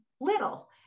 little